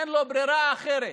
אין לו ברירה אחרת,